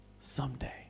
Someday